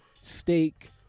steak